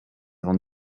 avant